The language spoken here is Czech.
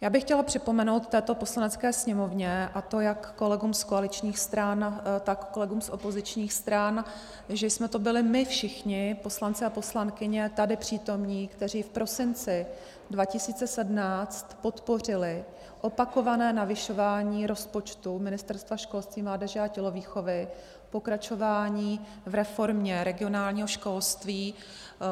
Já bych chtěla připomenout této Poslanecké sněmovně, a to jak kolegům z koaličních stran, tak kolegům z opozičních stran, že jsme to byli my všichni, poslanci a poslankyně, tady přítomní, kteří v prosinci 2017 podpořili opakované navyšování rozpočtu Ministerstva školství, mládeže a tělovýchovy, pokračování v reformě regionálního školství,